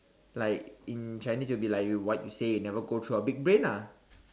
like in Chinese will be like what you say will never go through your big brain ah